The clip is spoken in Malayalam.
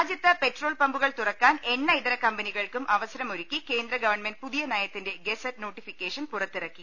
രാജ്യത്ത് പെട്രോൾ പമ്പുകൾ തുറക്കാൻ എണ്ണ ഇതര കമ്പ നികൾക്കും അവസരം ഒരുക്കി കേന്ദ്ര ഗവൺമെന്റ് പുതിയ നയ ത്തിന്റെ ഗസറ്റ് നോട്ടിഫിക്കേഷൻ പുറത്തിറക്കി